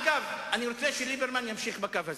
אגב, אני רוצה שליברמן ימשיך בקו הזה.